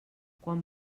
quan